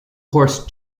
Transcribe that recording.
horse